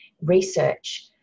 research